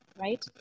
right